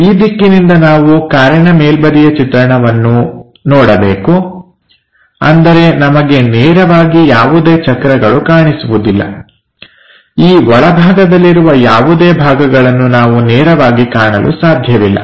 ಈ ದಿಕ್ಕಿನಿಂದ ನಾವು ಕಾರಿನ ಮೇಲ್ಬದಿಯ ಚಿತ್ರಣವನ್ನು ನಾವು ನೋಡಬೇಕು ಅಂದರೆ ನಮಗೆ ನೇರವಾಗಿ ಯಾವುದೇ ಚಕ್ರಗಳು ಕಾಣಿಸುವುದಿಲ್ಲ ಈ ಒಳಭಾಗದಲ್ಲಿರುವ ಯಾವುದೇ ಭಾಗಗಳನ್ನು ನಾವು ನೇರವಾಗಿ ಕಾಣಲು ಸಾಧ್ಯವಿಲ್ಲ